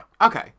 Okay